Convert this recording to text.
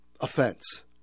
offense